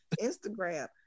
Instagram